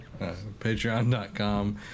patreon.com